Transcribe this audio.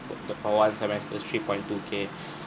the for one semester is three point two k